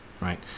right